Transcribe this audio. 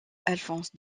alphonse